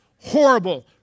horrible